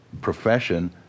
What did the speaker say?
profession